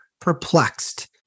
perplexed